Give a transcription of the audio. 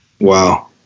Wow